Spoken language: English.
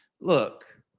Look